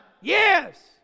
Yes